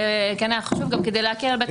זה היה חשוב כדי להקל על בית המשפט.